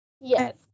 Yes